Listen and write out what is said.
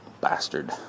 bastard